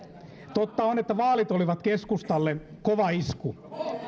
totta on että vaalit olivat keskustalle kova isku